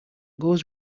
goes